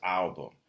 album